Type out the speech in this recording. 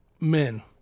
men